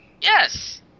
Yes